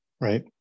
Right